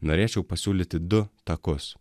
norėčiau pasiūlyti du takus